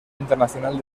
internacional